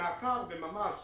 מאחר ואנחנו ממש